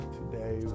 today